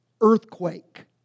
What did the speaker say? earthquake